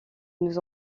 nous